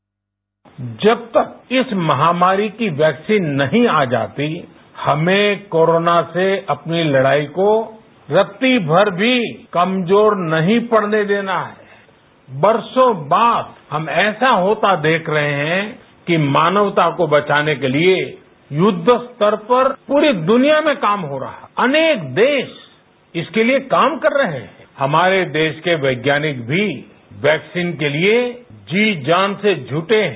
साथियों जब तक इस महामारी की वैक्सीन नहीं आ जाती हमें कोरोना से अपनी लड़ाई को रत्ती भर भी कमजोर नहीं पड़ने देना है बरसों बाद हम ऐसा होता देख रहे हैं कि मानवता को बचाने के लिए युद्ध स्तर पर पूरे दुनिया में काम हो रहा है अनेक देश इस के लिए काम कर रहे हैं हमारे देश के वैज्ञानिक भी वैक्सीन के लिए जी जान से जूटे हैं